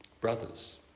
brothers